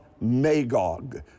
Magog